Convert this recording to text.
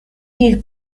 mille